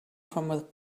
from